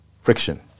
friction